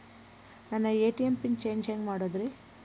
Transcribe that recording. ನನ್ನ ATM PIN change ಹೆಂಗ್ ಮಾಡೋದ್ರಿ?